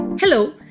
Hello